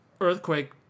earthquake